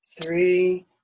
three